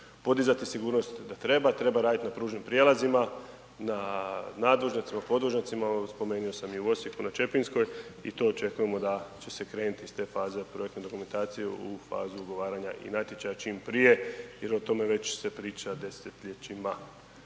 podizati sigurnost da treba, treba radit na pružnim prijelazima, na nadvožnjacima, podvožnjacima, spomenuo sam i u Osijeku na Čepinskoj i to očekujemo da će se krenuti iz te faze projektne dokumentacije u fazu ugovaranja i natječaja čim prije jer o tome već se priča desetljećima